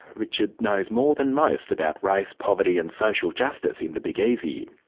richard knows more than most about race, poverty and social justice in the big easy.